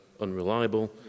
unreliable